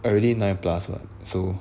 already nine plus [what] so